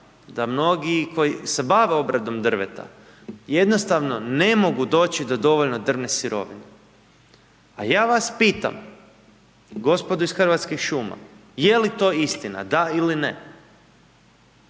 da mnogi koji se bave obradom drveta jednostavno ne mogu doći do dovoljno drvne sirovine. A ja vas pitam gospodo iz Hrvatskih šuma je li to istina, da ili ne?